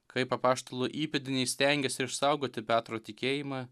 kaip apaštalų įpėdiniai stengėsi išsaugoti petro tikėjimą